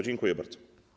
Dziękuję bardzo.